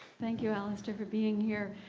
thank you, alastair, for being here.